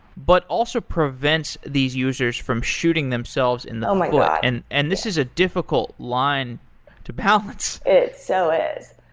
but also prevent these users from shooting themselves in the foot, um like ah and and this is a difficult line to balance. it so is.